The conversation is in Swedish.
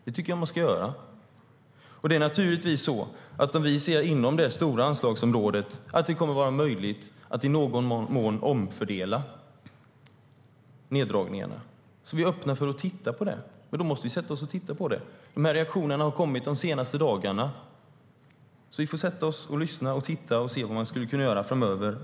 Det tycker jag att man ska göra. Om vi ser att det inom det stora anslagsområdet kommer att vara möjligt att i någon mån omfördela neddragningarna är vi naturligtvis öppna för att titta på det. De här reaktionerna har kommit de senaste dagarna, så vi får sätta oss ned och lyssna och se vad vi skulle kunna göra framöver.